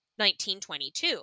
1922